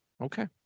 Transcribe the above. Okay